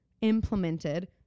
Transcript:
implemented